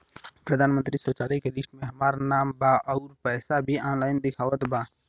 प्रधानमंत्री शौचालय के लिस्ट में हमार नाम बा अउर पैसा भी ऑनलाइन दिखावत बा